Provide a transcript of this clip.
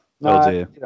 No